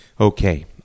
Okay